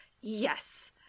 yes